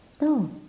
No